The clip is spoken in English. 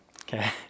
okay